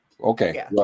Okay